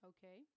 Okay